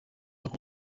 ako